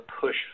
push